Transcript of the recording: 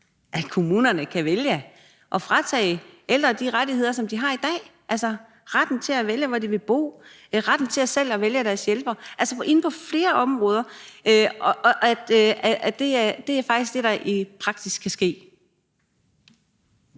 at kommunerne kan vælge at fratage ældre de rettigheder, som de har i dag, altså retten til at vælge, hvor de vil bo, og retten til selv at vælge deres hjælper, altså at det inden for flere områder faktisk er det, der i praksis kan ske?